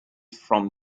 from